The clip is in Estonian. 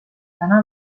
täna